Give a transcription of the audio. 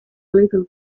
little